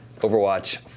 Overwatch